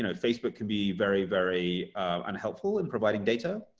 and facebook can be very, very unhelpful in providing data,